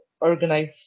Organize